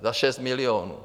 Za 6 milionů.